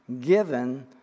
given